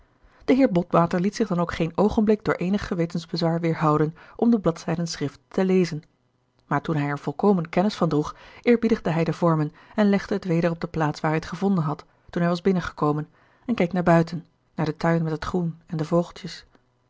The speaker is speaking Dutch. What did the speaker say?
de heer botwater liet zich dan ook geen oogenblik door eenig gewetensbezwaar weerhouden om de bladzijden schrift te lezen maar toen hij er volkomen kennis van droeg eerbiedigde hij de vormen en legde het weder op de plaats waar hij het gevonden had toen hij was binnengekomen en keek naar buiten naar den tuin met het groen en de vogeltjes